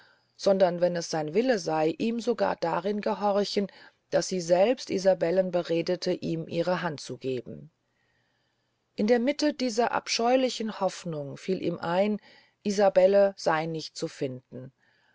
sondern wenn es sein wille sey ihm sogar darin gehorchen daß sie selbst isabellen beredete ihm ihre hand zu geben in der mitte dieser abscheulichen hoffnung fiel ihm ein isabelle sey nicht zu finden